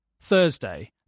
Thursday